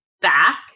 back